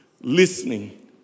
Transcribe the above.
listening